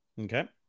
Okay